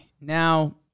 Now